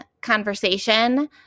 conversation